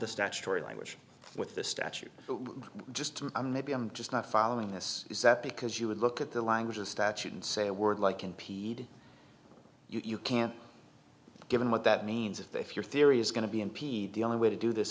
the statutory language with the statute just a maybe i'm just not following this is that because you would look at the language of statute and say a word like impede you can't given what that means if your theory is going to be impede the only way to do this